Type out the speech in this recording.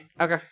okay